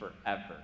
forever